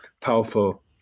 powerful